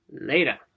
later